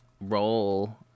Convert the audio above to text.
role